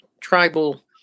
tribal